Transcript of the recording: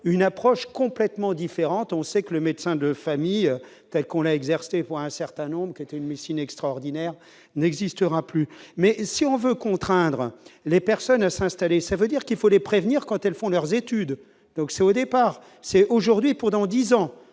une approche complètement différente, on sait que le médecin de famille, telle qu'on l'a exercée pour un certain nombre de qui était médecine extraordinaire n'existera plus, mais si on veut contraindre les personnes s'installent et ça veut dire qu'il faut les prévenir quand elles font leurs études, donc c'est au départ, c'est aujourd'hui pour dans 10 ans,